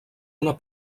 una